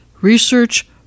research